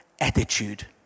attitude